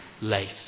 life